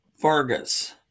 Vargas